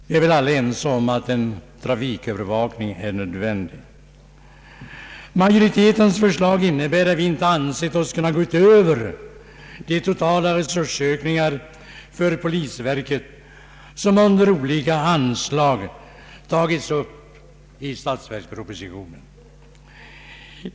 Vi är väl alla ense om att trafikövervakningen är nödvändig. Majoritetens förslag innebär att vi inte ansett oss kunna gå utöver de totala resursökningar för polisverket som under olika anslag upptagits i statsverkspropositionen.